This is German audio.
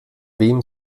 wem